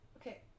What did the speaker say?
okay